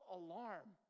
alarm